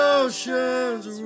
oceans